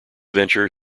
venture